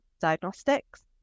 diagnostics